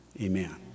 Amen